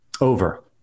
over